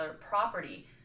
property